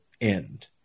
end